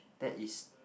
that is